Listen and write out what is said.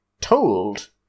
told